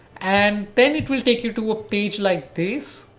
and then it will take you to a page like this,